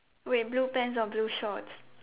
wait blue pants or blue shorts